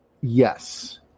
Yes